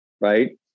right